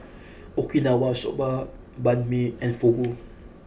Okinawa Soba Banh Mi and Fugu